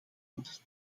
kant